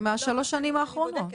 זה משלוש השנים האחרונות.